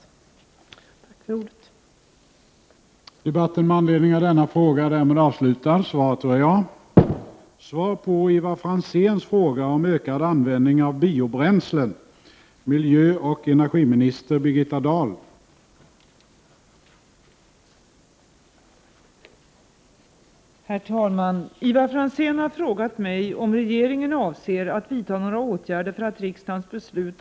Tack för ordet!